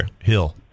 Hill